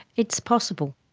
it's possible.